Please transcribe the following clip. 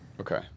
Okay